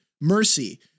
mercy